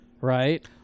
right